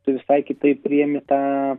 tu visai kitaip priimi tą